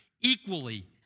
equally